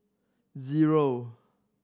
zero